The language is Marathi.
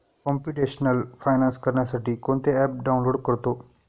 कॉम्प्युटेशनल फायनान्स करण्यासाठी कोणते ॲप डाउनलोड करतो